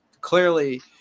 clearly